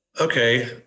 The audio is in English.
Okay